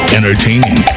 entertaining